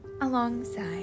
alongside